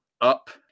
up